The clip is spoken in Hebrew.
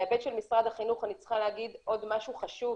בהיבט של משרד החינוך אני צריכה להגיד עוד משהו חשוב,